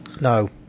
no